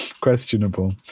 questionable